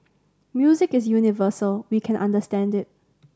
music is universal we can understand it